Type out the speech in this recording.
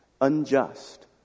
unjust